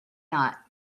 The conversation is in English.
not